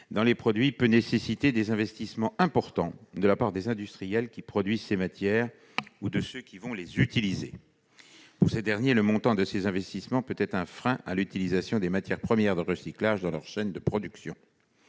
dans les produits peut nécessiter des investissements importants de la part des industriels qui produisent ces matières ou de ceux qui vont les utiliser. Pour ces derniers, le montant de ces investissements peut être un frein à l'utilisation de matières premières de recyclage, les MPR, dans leur chaîne de production.